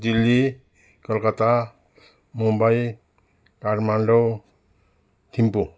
Delhi Calcutta Mumbai Kathmandu Thimphu